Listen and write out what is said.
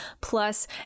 plus